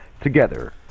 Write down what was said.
Together